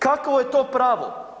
Kakvo je to pravo?